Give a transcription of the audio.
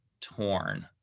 torn